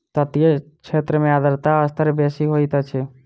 तटीय क्षेत्र में आर्द्रता स्तर बेसी होइत अछि